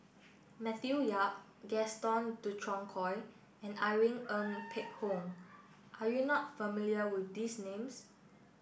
Matthew Yap Gaston Dutronquoy and Irene Ng Phek Hoong are you not familiar with these names